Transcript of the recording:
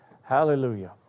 Hallelujah